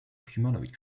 humanoid